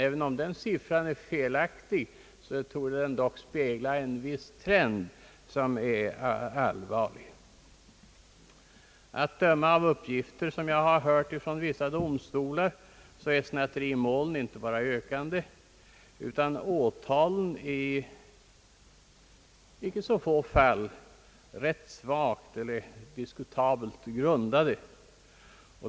Även om den siffran är felaktig så torde den dock spegla en trend som är allvarlig. Att döma av uppgifter som jag har hört från vissa domstolar är snatterimålen inte bara ökande utan åtalen i Ang. snatterier i varuhus inte så få fall rätt svagt eller diskutabelt grundade.